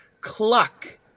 cluck